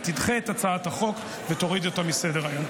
תדחה את הצעת החוק ותוריד אותה מסדר-היום.